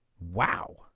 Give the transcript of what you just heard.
wow